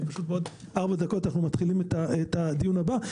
בעוד ארבע דקות אנחנו מתחילים את הדיון הבא.